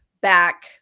back